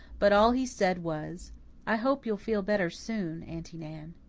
but all he said was i hope you'll feel better soon, aunty nan.